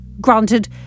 granted